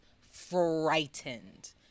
frightened